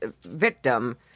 victim